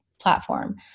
platform